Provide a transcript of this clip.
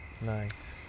Nice